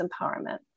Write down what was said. empowerment